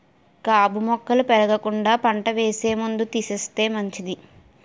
గాబు మొక్కలు పెరగకుండా పంట వేసే ముందు తీసేస్తే మంచిది